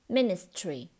MINISTRY